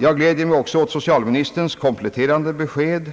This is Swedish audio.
Jag gläder mig också åt socialministerns kompletterande besked